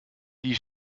die